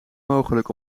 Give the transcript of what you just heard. mogelijk